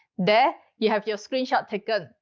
there you have your screenshot taken.